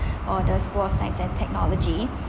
or the of science and technology